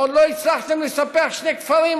עוד לא הצלחתם לספח שני כפרים,